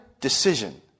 decision